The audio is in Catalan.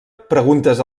preguntes